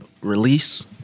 release